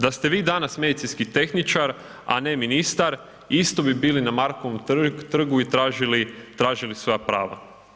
Da ste vi danas medicinski tehničar, a ne ministar, isto bi bili na Markovom trgu i tražili, tražili svoja prava.